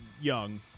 young